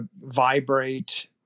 vibrate